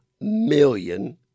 million